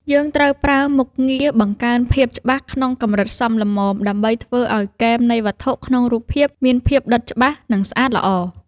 យើងត្រូវប្រើមុខងារ បង្កើនភាពច្បាស់ ក្នុងកម្រិតសមល្មមដើម្បីធ្វើឱ្យគែមនៃវត្ថុក្នុងរូបភាពមានភាពដិតច្បាស់ និងស្អាតល្អ។